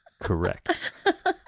correct